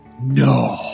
No